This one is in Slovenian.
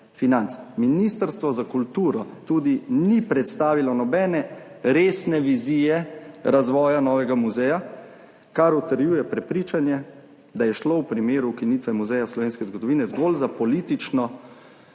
financ. Ministrstvo za kulturo tudi ni predstavilo nobene resne vizije razvoja novega muzeja, kar utrjuje prepričanje, da je šlo v primeru ukinitve Muzeja slovenske osamosvojitve zgolj za politično